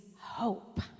hope